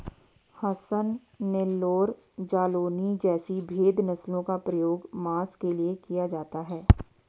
हसन, नेल्लौर, जालौनी जैसी भेद नस्लों का प्रयोग मांस के लिए किया जाता है